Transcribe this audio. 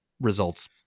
results